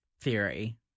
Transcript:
theory